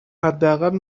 حداقل